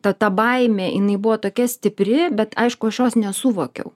ta ta baimė jinai buvo tokia stipri bet aišku aš jos nesuvokiau